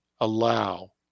allow